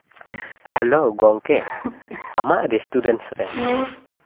hello ᱜᱚᱢᱠᱮ ᱟᱢᱟᱜ restaurants ᱨᱮ